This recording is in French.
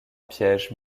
piège